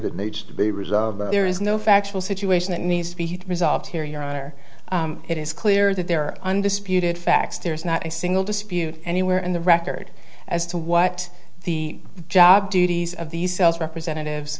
that needs to be resolved there is no factual situation that needs to be resolved here your honor it is clear that there are undisputed facts there's not a single dispute anywhere in the record as to what the job duties of these sales representatives